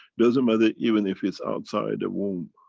doesn't matter even if it's outside the womb.